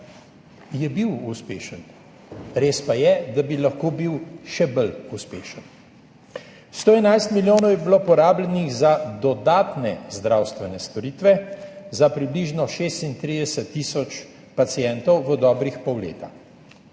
je bil uspešen. Res pa je, da bi lahko bil še bolj uspešen. 111 milijonov je bilo porabljenih za dodatne zdravstvene storitve za približno 36 tisoč pacientov v dobrega pol leta.